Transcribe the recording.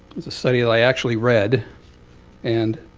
it's a study that i actually read and